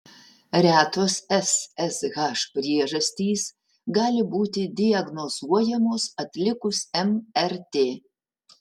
retos ssh priežastys gali būti diagnozuojamos atlikus mrt